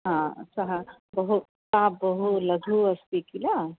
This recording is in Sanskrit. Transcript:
हा सः बहु सा बहु लघु अस्ति किल